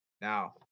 Now